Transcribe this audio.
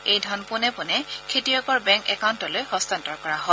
এই ধন পোনে পোনে খেতিয়কৰ বেংক একাউণ্টলৈ হস্তান্তৰ কৰা হয়